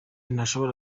ntashobora